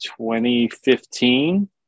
2015